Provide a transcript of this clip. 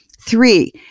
Three